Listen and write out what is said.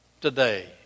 today